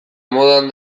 modan